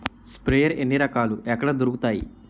Sprayer ఎన్ని రకాలు? ఎక్కడ దొరుకుతాయి?